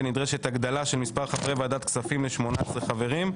ונדרשת הגדלה של מספר חברי ועדת הכספים ל-18 חברים,